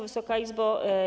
Wysoka Izbo!